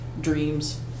dreams